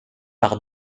par